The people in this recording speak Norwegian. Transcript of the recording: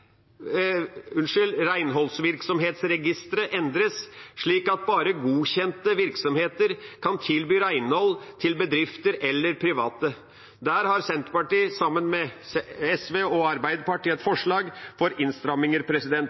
endres, slik at bare godkjente virksomheter kan tilby renhold til bedrifter eller til private. Der har Senterpartiet, sammen med SV og Arbeiderpartiet, et forslag for innstramminger.